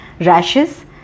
rashes